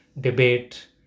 debate